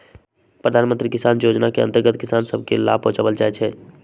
प्रधानमंत्री किसान जोजना के अंतर्गत किसान सभ के लाभ पहुंचाएल जाइ छइ